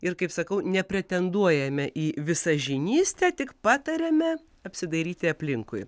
ir kaip sakau nepretenduojame į visažinystę tik patariame apsidairyti aplinkui